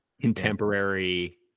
contemporary